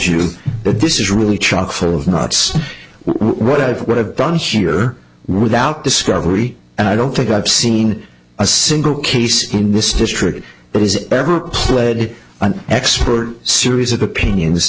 you that this is really chock full of knots what it would have done here without discovery and i don't think i've seen a single case in this district that has ever played an expert series of opinions